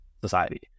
society